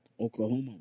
Oklahoma